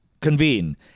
Convene